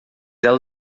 ela